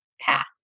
path